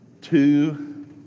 two